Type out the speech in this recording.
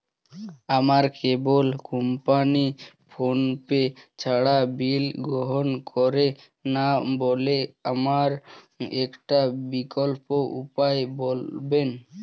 আমার cable company PhonePe ছাড়া bill গ্রহণ করে না বলে আমার একটা বিকল্প উপায় বলবেন?